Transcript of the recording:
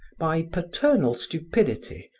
by paternal stupidity,